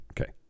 Okay